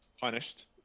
punished